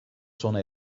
sona